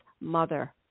mother